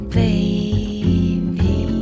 baby